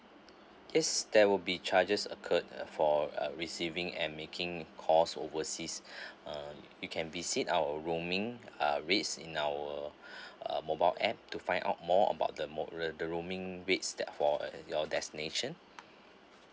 yes there will be charges occurred uh for uh receiving and making calls overseas uh it can be seen our roaming ah rates in our uh mobile app to find out more about the mo~ the roaming rates that for your destination